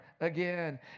again